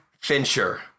Fincher